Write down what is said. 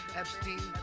epstein